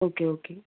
okay okay